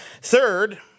Third